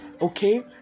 okay